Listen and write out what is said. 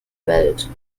welt